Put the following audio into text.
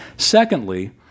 secondly